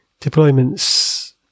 deployments